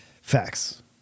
Facts